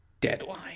Deadline